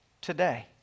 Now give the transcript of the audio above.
today